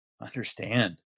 Understand